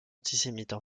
antisémites